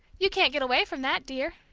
you can't get away from that, dear.